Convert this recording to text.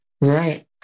right